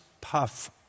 puff